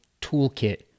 toolkit